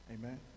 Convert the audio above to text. amen